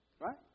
right